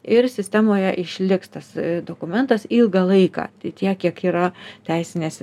ir sistemoje išliks tas dokumentas ilgą laiką tai tiek kiek yra teisinės